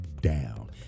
down